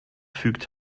fügt